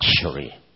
luxury